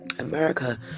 america